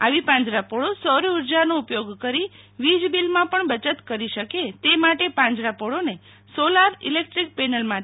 આવી પાંજરાપોળો સૌરઊર્જાનો ઉપયોગ કરી વીજ બિલમાં પણ બયત કરી શકે તે માટે પાંજરાપોળોને સોલાર ઇલેકદ્રીક પેનલ માટે